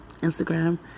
Instagram